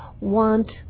want